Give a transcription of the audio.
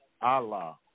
Allah